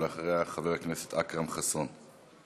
ואחריה חבר הכנסת אכרם חסון.